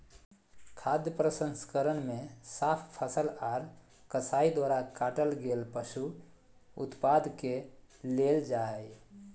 खाद्य प्रसंस्करण मे साफ फसल आर कसाई द्वारा काटल गेल पशु उत्पाद के लेल जा हई